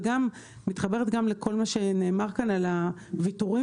וגם מתחברת לכל מה שנאמר כאן על הוויתורים